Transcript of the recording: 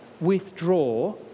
withdraw